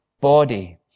body